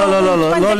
לא, לא, לא, לא.